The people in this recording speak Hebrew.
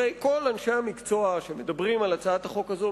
הרי כל אנשי המקצוע שמדברים על הצעת החוק הזו,